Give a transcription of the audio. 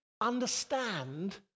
understand